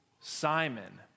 Simon